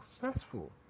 successful